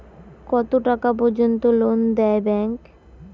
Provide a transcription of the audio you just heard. কত টাকা পর্যন্ত লোন দেয় ব্যাংক?